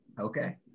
Okay